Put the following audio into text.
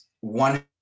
one